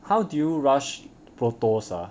how do you rush protos ah